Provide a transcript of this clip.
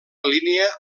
línia